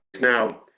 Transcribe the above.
now